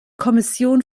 kommission